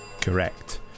Correct